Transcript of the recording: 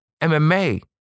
MMA